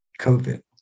COVID